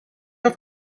have